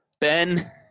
Ben